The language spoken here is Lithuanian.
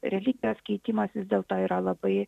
religijos keikimas vis dėl to yra labai